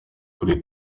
kuri